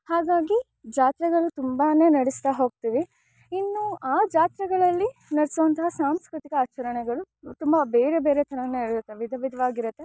ಹಾಗಾಗಿ ಜಾತ್ರೆಗಳು ತುಂಬಾ ನಡೆಸ್ತಾ ಹೋಗ್ತೀವಿ ಇನ್ನೂ ಆ ಜಾತ್ರೆಗಳಲ್ಲಿ ನಡೆಸುವಂತಹ ಸಾಂಸ್ಕೃತಿಕ ಆಚರಣೆಗಳು ತುಂಬ ಬೇರೆ ಬೇರೆ ಥರಾನೇ ಇರುತ್ತೆ ವಿಧ ವಿಧ್ವಾಗಿ ಇರುತ್ತೆ